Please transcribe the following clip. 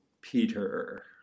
Peter